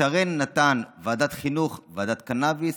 לשרן נתן ועדת חינוך, ועדת קנביס